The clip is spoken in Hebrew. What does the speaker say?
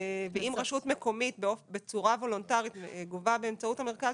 ואם רשות מקומית בצורה וולונטרית גובה באמצעות המרכז